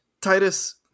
Titus